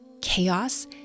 chaos